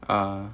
ah